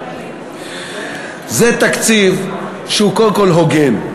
זה תקציב שהוא קודם כול הוגן.